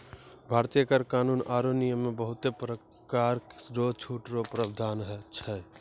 भारतीय कर कानून आरो नियम मे बहुते परकार रो छूट रो प्रावधान छै